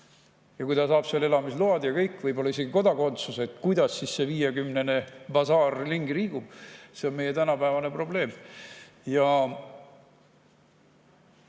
Kui ta saab seal elamisload ja kõik, võib-olla isegi kodakondsuse, siis kuidas see viiekümnene basaar seal ringi liigub? See on meie tänapäeva probleem.